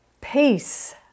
Peace